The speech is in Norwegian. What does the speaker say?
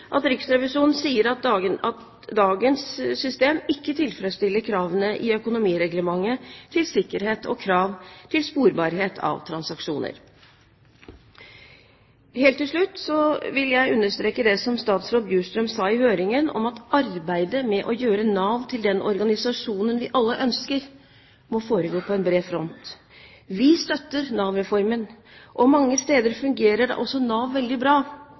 at Riksrevisjonen sier at dagens system ikke tilfredsstiller kravene i økonomireglementet til sikkerhet og krav til sporbarhet av transaksjoner. Helt til slutt vil jeg understreke det som statsråd Bjurstrøm sa i høringen: «Arbeidet med å gjøre Nav til den organisasjonen vi alle ønsker, må foregå på bred front.» Vi støtter Nav-reformen, og mange steder fungerer da også Nav veldig bra.